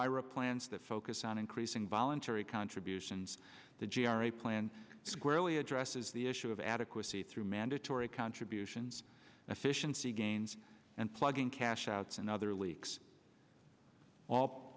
ira plans that focus on increasing voluntary contributions to g r a plan squarely addresses the issue of adequacy through mandatory contributions efficiency gains and plugging cash outs and other leaks all